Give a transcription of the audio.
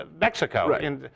Mexico